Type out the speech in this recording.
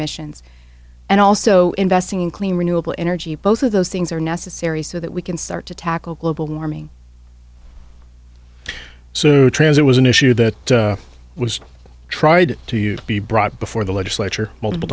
emissions and also investing in clean renewable energy both of those things are necessary so that we can start to tackle global warming transit was an issue that was tried to be brought before the legislature multiple